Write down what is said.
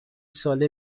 ساله